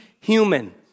human